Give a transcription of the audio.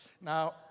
Now